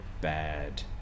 bad